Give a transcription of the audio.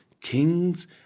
kings